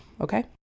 Okay